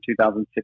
2016